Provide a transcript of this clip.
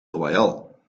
royal